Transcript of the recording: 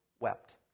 Wept